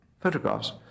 photographs